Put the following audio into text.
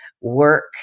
work